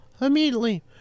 immediately